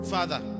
Father